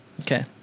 Okay